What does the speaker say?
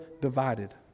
divided